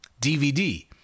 DVD